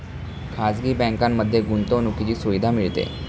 खाजगी बँकांमध्ये गुंतवणुकीची सुविधा मिळते